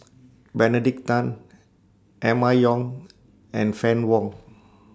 Benedict Tan Emma Yong and Fann Wong